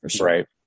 Right